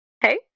Hey